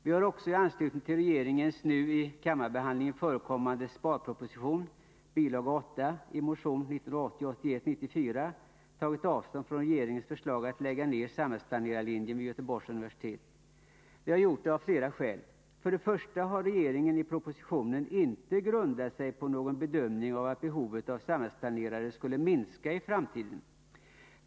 Vi har i anslutning till regeringens nu i kammarbehandlingen förekommande sparproposition, bilaga 8, i motion 1980/81:94 också tagit avstånd från regeringens förslag att lägga ned samhällsplanerarlinjen vid Göteborgs universitet. Vi har gjort det av flera skäl. Först och främst har regeringen inte grundat sitt förslag på någon bedömning av att behovet av samhällsplanerare skulle minska i framtiden.